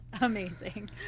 Amazing